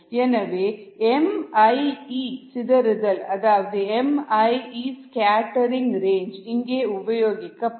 எனவே M I E சிதறுதல் அதாவது M I E scattering range இங்கே உபயோகிக்கப்படும்